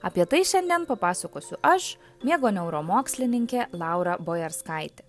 apie tai šiandien papasakosiu aš miego neuromokslininkė laura bojarskaitė